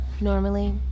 Normally